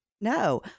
No